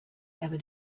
ever